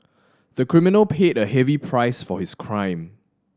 the criminal paid a heavy price for his crime